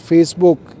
Facebook